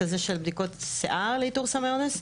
הזה של בדיקות שיער לאיתור סמי האונס,